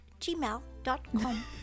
gmail.com